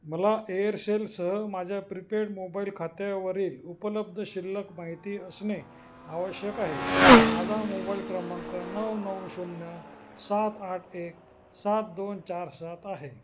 मला एअरसेलसह माझ्या प्रिपेड मोबाईल खात्यावरील उपलब्ध शिल्लक माहिती असणे आवश्यक आहे माझा मोबाईल क्रमांक नऊ नऊ शून्य सात आठ एक सात दोन चार सात आहे